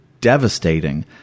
devastating